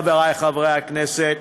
חברי חברי הכנסת,